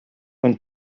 when